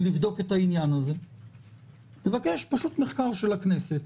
לבדוק את העניין לבקש פשוט מחקר של הכנסת,